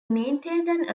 maintained